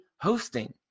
hosting